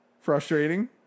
Frustrating